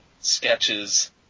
sketches